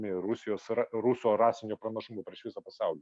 rusijos ar rusų rasiniu pranašumu prieš visą pasaulį